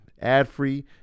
ad-free